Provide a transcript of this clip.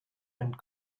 and